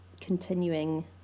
continuing